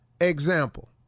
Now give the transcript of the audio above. Example